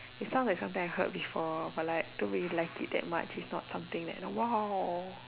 it sounds like something I heard before but like don't really like it that much it's not something that like !wow!